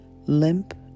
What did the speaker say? limp